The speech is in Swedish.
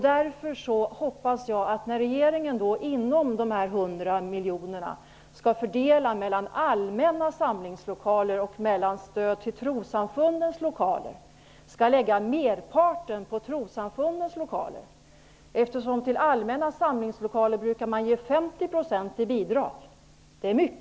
Därför hoppas jag att när regeringen skall fördela inom ramen för dessa 100 miljoner mellan allmänna samlingslokaler och trossamfundens lokaler, skall merparten läggas på trossamfundens lokaler, eftersom man till allmänna samlingslokaler brukar ge 50 % i bidrag.